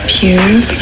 Pure